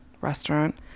restaurant